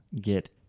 get